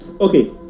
Okay